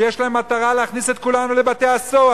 ויש להם מטרה להכניס את כולנו לבתי-הסוהר.